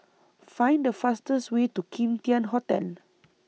Find The fastest Way to Kim Tian Hotel